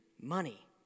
money